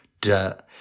dirt